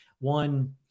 one